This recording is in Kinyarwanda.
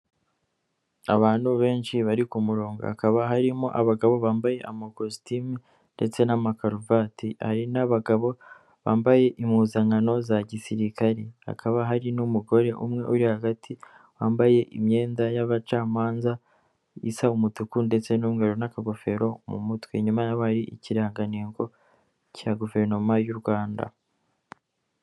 Abantu benshi bari ku murongo, hakaba harimo abagabo bambaye amakositimu ndetse n'amakaruvati, hari n'abagabo bambaye impuzankano za gisirikare, hakaba hari n'umugore umwe uri hagati wambaye imyenda y'abacamanza isa umutuku ndetse n'umweru n'akagofero mu mutwe, inyuma yabo hari ikirangantego cya guverinoma y'u Rwanda.